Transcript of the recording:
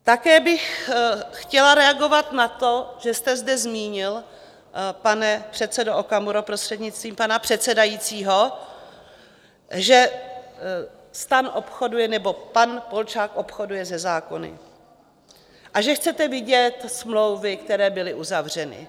Také bych chtěla reagovat na to, že jste zde zmínil, pane předsedo Okamuro, prostřednictvím pana předsedajícího, že STAN nebo pan Polčák obchoduje se zákony a že chcete vidět smlouvy, které byly uzavřeny.